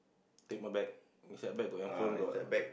take my bag inside your bag got your phone got